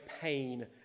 pain